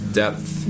depth